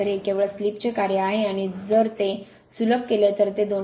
तर हे केवळ स्लिप चे कार्य आहे आणि जर ते सुलभ केले तर ते 2